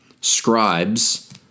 scribes